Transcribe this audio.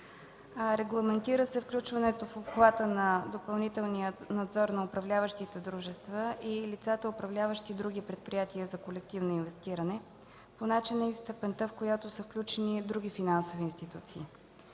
Регламентира се включване в обхвата на допълнителния надзор на управляващите дружества и лицата, управляващи други предприятия за колективно инвестиране, по начина и в степента, в която са включени други финансови институции.